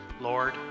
Lord